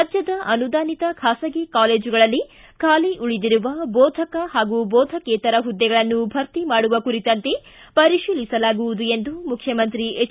ರಾಜ್ಯದ ಅನುದಾನಿತ ಖಾಸಗಿ ಕಾಲೇಜುಗಳಲ್ಲಿ ಖಾಲಿ ಉಳಿದಿರುವ ಬೋಧಕ ಹಾಗೂ ಬೋಧಕೇತರ ಹುದ್ದೆಗಳನ್ನು ಭರ್ತಿ ಮಾಡುವ ಕುರಿತಂತೆ ಪರಿಶೀಲಿಸಲಾಗುವುದು ಎಂದು ಮುಖ್ಯಮಂತ್ರಿ ಹೆಚ್